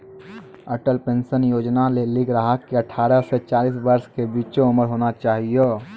Atal pension योजना लेली ग्राहक के अठारह से चालीस वर्ष के बीचो उमर होना चाहियो